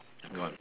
gone